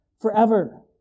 forever